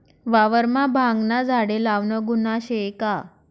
वावरमा भांगना झाडे लावनं गुन्हा शे का?